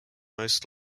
most